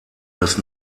das